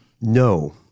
No